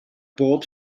bob